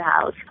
house